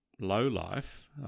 lowlife